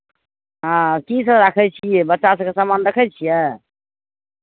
हँ कीसभ राखै छियै बच्चासभके सामान रखै छियै